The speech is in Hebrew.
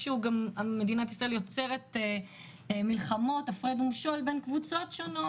מדינת ישראל יוצרת מלחמות הפרד ומשול בין הקבוצות האמורות.